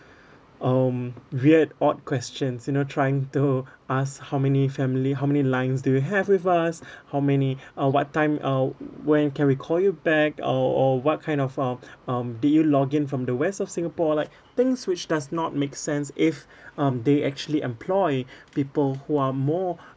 um weird odd questions you know trying to ask how many family how many lines do you have with us how many uh what time I'll when can we call you back or or what kind of uh um did you log in from the west of singapore like things which does not make sense if um they actually employ people who are more